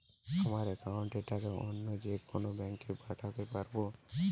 আমার একাউন্টের টাকা অন্য যেকোনো ব্যাঙ্কে পাঠাতে পারব?